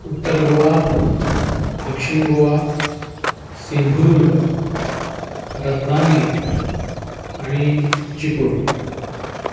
उत्तर गोवा दक्षीण गोवा सिंधुदुर्ग रत्नागिरी आनी चिपळूण